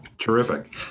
Terrific